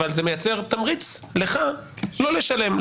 אבל זה מייצר לך תמריץ לא לשלם,